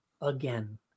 again